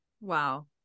Wow